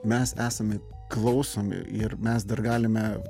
mes esame klausomi ir mes dar galime